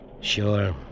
Sure